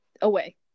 away